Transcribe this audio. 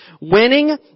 Winning